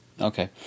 Okay